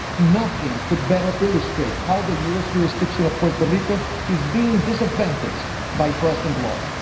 nothing could better illustrate how the u s. jurisdiction of puerto rico is being disadvantaged by present law.